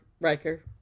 Riker